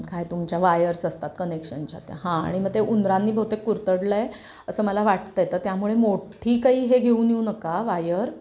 काय तुमच्या वायर्स असतात कनेक्शनच्या त्या हां आणि मग ते उंदरांनी बहुतेक कुरतडलं आहे असं मला वाटतं आहे तर त्यामुळे मोठी काही हे घेऊन येऊ नका वायर